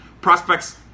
prospects